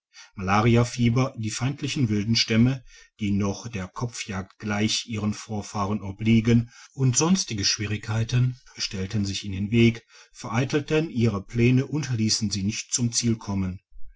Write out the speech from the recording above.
malariafieber die feindlichen wildstämme die noch der kopfjagd gleich ihren vorfahren obliegen und sonstige schwierigkeiten stellten sich in den weg vereitelten ihre pläne und liessen sie nicht zum ziele kommen